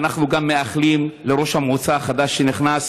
ואנחנו גם מאחלים לראש המועצה החדש שנכנס,